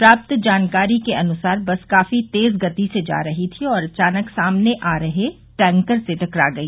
प्राप्त जानकारी के अनुसार बस काफी तेज गति से जा रही थी और अचानक सामने से आ रहे टैंकर से टकरा गई